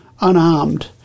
unarmed